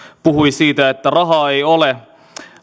puhui siitä että rahaa ei ole